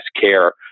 care